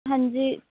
ਹਾਂਜੀ